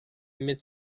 mit